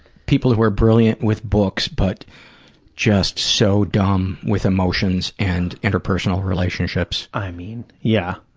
people who are brilliant with books but just so dumb with emotions and interpersonal relationships. i mean, yeah,